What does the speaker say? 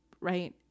right